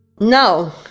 no